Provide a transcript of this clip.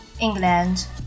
England